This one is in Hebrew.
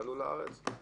עלו לארץ,